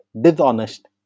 dishonest